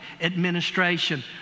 administration